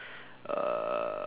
uh